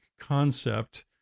concept